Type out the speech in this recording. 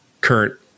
current